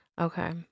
okay